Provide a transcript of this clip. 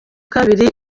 kabiri